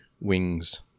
wings